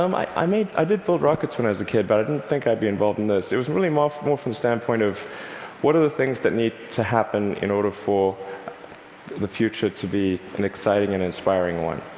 um i i mean i did build rockets when i was a kid, but i didn't think i'd be involved in this. it was really more from more from the standpoint of what are the things that need to happen in order for the future to be an exciting and inspiring one?